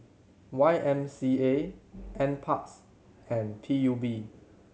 Y M C A N Parks and P U B